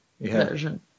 version